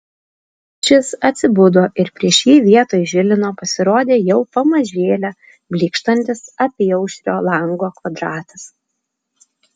šis atsibudo ir prieš jį vietoj žilino pasirodė jau pamažėle blykštantis apyaušrio lango kvadratas